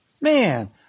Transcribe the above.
Man